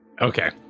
Okay